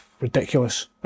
ridiculous